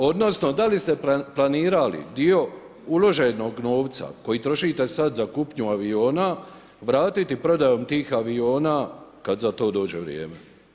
Odnosno da li ste planirali dio uloženog novca koji trošite sad za kupnju aviona vratiti prodajom tih aviona kad za to dođe vrijeme?